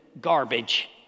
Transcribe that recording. garbage